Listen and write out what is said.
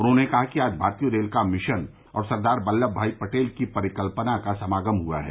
उन्होंने कहा कि आज भारतीय रेल का मिशन और सरदार वल्लभ भाई पटेल की परिकल्पना का समागम हुआ है